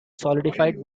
solidified